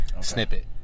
Snippet